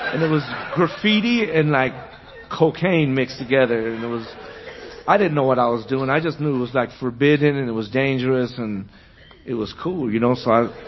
and it was graffiti and like cocaine mixed together. and it was i didn't know what i was doing. i just knew it was like forbidden. and it was dangerous. and it was cool, you know so